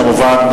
כמובן,